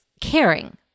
caring